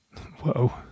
Whoa